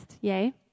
yay